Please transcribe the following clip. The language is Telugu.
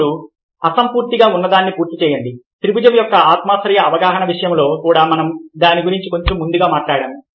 ఇప్పుడు అసంపూర్తిగా ఉన్నదాన్ని పూర్తి చేయండి త్రిభుజం యొక్క ఆత్మాశ్రయ అవగాహన విషయంలో కూడా మనం దాని గురించి కొంచెం ముందుగా మాట్లాడాము